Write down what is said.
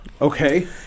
okay